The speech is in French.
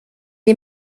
est